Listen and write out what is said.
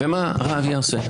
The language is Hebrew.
ומה הרב יעשה?